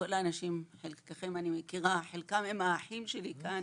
כל האנשים שאת חלקם אני מכירה וחלקם הם האחים שלי כאן.